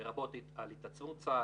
לרבות על התעצמות צה"ל,